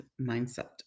mindset